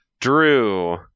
drew